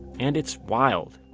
and it's wild,